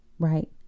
right